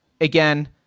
again